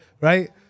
Right